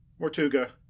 Mortuga